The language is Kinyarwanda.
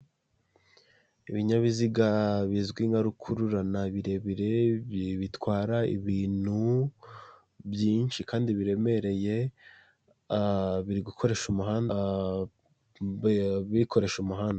Ibinyabiziga bizwi nka rukururana birebire bitwara ibintu byinshi kandi biremereye, biri gukoresha umuhanda, bikoresha umuhanda.